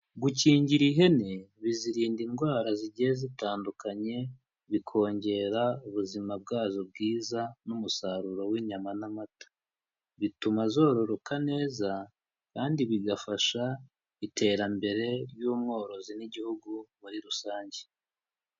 Gukingira ihene, bizirinda indwara zigiye zitandukanye, bikongera ubuzima bwazo bwiza, n'umusaruro w'inyama n'amata. Bituma zororoka neza, kandi bigafasha, iterambere, ry'umworozi n'igihugu muri rusange.